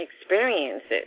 experiences